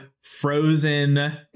frozen